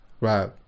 right